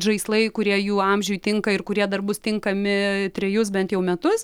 žaislai kurie jų amžiui tinka ir kurie dar bus tinkami trejus bent jau metus